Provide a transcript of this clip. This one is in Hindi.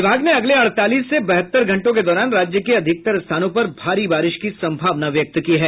विभाग ने अगले अड़तालीस से बहत्तर घंटों के दौरान राज्य के अधिकतर स्थानों पर भारी बारिश की सम्भावना व्यक्त की है